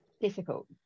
Difficult